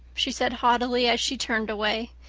she said haughtily as she turned away.